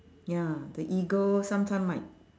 ya the ego sometime might